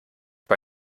bei